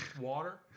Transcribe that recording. water